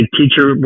teacher